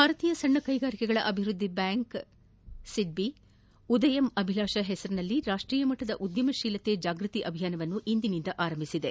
ಭಾರತೀಯ ಸಣ್ಣ ಕೈಗಾರಿಕೆಗಳ ಅಭಿವೃದ್ಧಿ ಬ್ಯಾಂಕ್ ಎಸ್ಐಡಿಬಿಐ ಉದಯಂ ಅಭಿಲಾಷಾ ಹೆಸರಿನಲ್ಲಿ ರಾಷ್ಟೀಯ ಮಟ್ಟದ ಉದ್ಯಮಶೀಲತಾ ಜಾಗೃತಿ ಅಭಿಯಾನ ಇಂದಿನಿಂದ ಆರಂಭಿಸಿದೆ